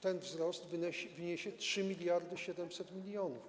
ten wzrost wyniesie 3700 mln.